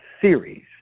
series